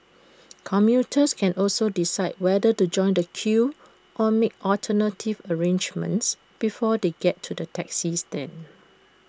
commuters can also decide whether to join the queue or make alternative arrangements before they get to the taxi stand